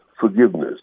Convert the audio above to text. forgiveness